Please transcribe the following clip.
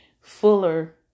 fuller